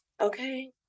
Okay